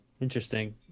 Interesting